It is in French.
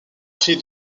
prix